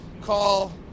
call